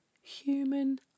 human